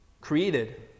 created